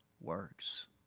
works